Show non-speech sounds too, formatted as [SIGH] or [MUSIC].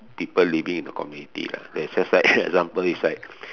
people living in the community lah that is just like [NOISE] example is like